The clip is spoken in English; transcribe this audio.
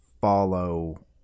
follow